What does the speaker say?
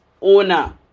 owner